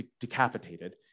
decapitated